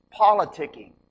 politicking